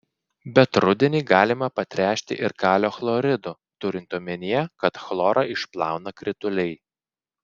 bet rudenį galima patręšti ir kalio chloridu turint omenyje kad chlorą išplauna krituliai